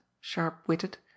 sharp-witted